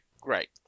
great